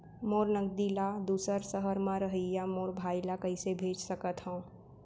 मोर नगदी ला दूसर सहर म रहइया मोर भाई ला कइसे भेज सकत हव?